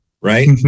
right